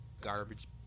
garbage